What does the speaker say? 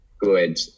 good